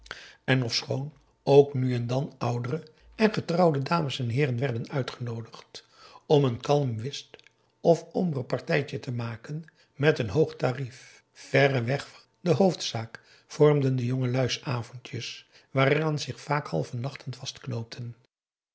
maurits ofschoon ook nu en dan oudere en getrouwde dames en heeren werden genoodigd om een kalm whist of hombrepartijtje te maken met een hoog tarief verreweg de hoofdzaak vormden de jongelui's avondjes waaraan zich vaak halve nachten